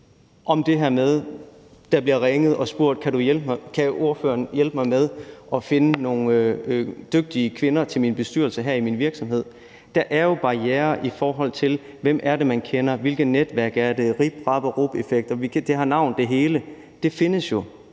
der bliver ringet op og spurgt: Kan ordføreren hjælpe med at finde nogle dygtige kvinder til en bestyrelse her i min virksomhed? Der er jo en barriere, i forhold til hvem det er, man kender, hvilke netværk det er, og i forhold til Rip, Rap og Rup-effekten – altså, det hele har et navn, og det findes jo.